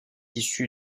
issu